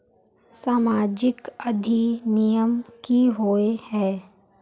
सामाजिक अधिनियम की होय है?